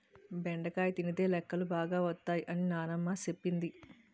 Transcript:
బెండకాయ తినితే లెక్కలు బాగా వత్తై అని నానమ్మ సెప్పింది